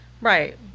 Right